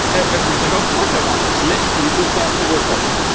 ah everybody is like, of course i want this thing. you just answered your question.